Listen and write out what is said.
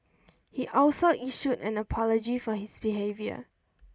he also issued an apology for his behaviour